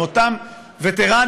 עם אותם וטרנים,